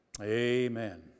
Amen